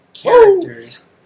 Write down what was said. Characters